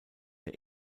der